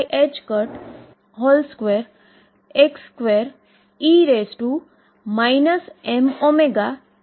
તો હવે આપણને પ્રશ્ન એ થાય કે શું વેવના પરીક્ષણ માટેનું આ સમીકરણ હોઈ શકે